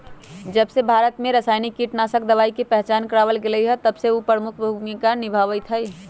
जबसे भारत में रसायनिक कीटनाशक दवाई के पहचान करावल गएल है तबसे उ प्रमुख भूमिका निभाई थई